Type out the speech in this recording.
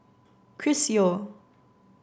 Chris Yeo